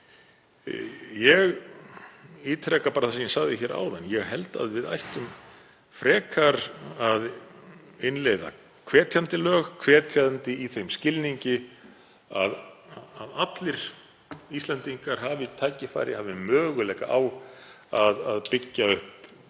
Ég ítreka bara það sem ég sagði áðan, ég held að við ættum frekar að innleiða hvetjandi lög, hvetjandi í þeim skilningi að allir Íslendingar hafi tækifæri til og möguleika á að byggja upp